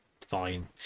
fine